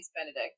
Benedict